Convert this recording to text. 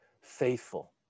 faithful